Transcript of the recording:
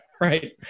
right